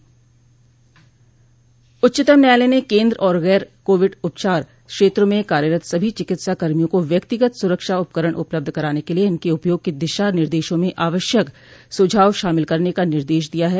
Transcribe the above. उच्चतम न्यायालय ने केन्द्र को गैर कोविड उपचार क्षेत्रों म कार्यरत सभी चिकित्सा कर्मियों को व्यक्तिगत स्रक्षा उपकरण उपलब्ध कराने के लिए इनके उपयोग के दिशा निर्देशों में आवश्यक सुझाव शामिल करने का निर्देश दिया है